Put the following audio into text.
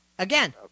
Again